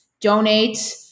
donate